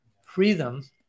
freedom